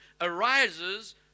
arises